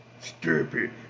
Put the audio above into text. Stupid